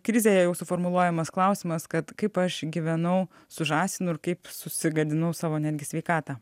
krizėje jau suformuluojamas klausimas kad kaip aš gyvenau su žąsinu ir kaip susigadinau savo netgi sveikatą